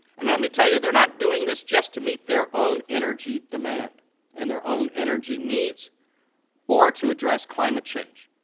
and let me tell you, they're not doing this just to meet their own energy demand demand and their own energy needs or to address climate change.